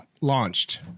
launched